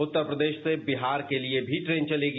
उत्तर प्रदेश से बिहार के लिए भी ट्रेन चलेगी